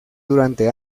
durante